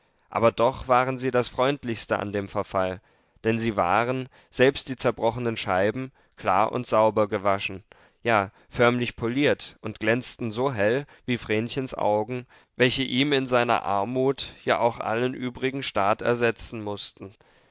aber doch waren sie das freundlichste an dem verfall denn sie waren selbst die zerbrochenen scheiben klar und sauber gewaschen ja förmlich poliert und glänzten so hell wie vrenchens augen welche ihm in seiner armut ja auch allen übrigen staat ersetzen mußten